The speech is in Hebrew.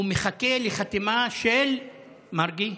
הוא מחכה לחתימה של מרגי,